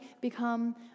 become